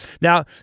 Now